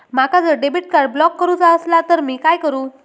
माका जर debit card block करूचा असला तर मी काय करू?